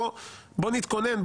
בואו נתכונן,